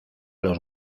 los